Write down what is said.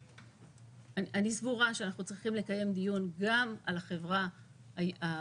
אני סבורה שאנחנו צריכים לקיים דיון גם על החברה הערבית,